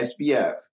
SBF